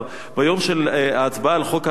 ביום ההצבעה על חוק ההסדרה,